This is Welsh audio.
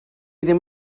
ddim